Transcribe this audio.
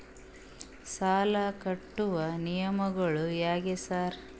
ಸಾಲ ಕಟ್ಟುವ ನಿಯಮಗಳು ಹ್ಯಾಂಗ್ ಸಾರ್?